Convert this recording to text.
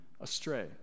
astray